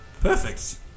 Perfect